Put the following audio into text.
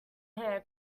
hair